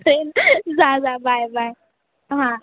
same जा जा bye bye हां